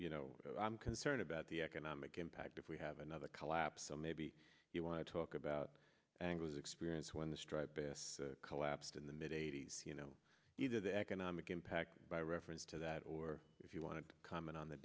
you know i'm concerned about the economic impact if we have another collapse so maybe you want to talk about angles experience when the strike collapsed in the mid eighty's you know either the economic impact by reference to that or if you want to comment on the